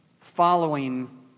following